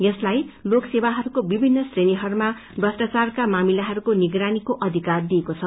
यसलाई लोकसंवाहरूको विभिन्न श्रेणीहरूमा भ्रष्टाचारका मामिलाहरूकको निगरानीको अधिकार दिइएको छ